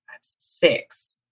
six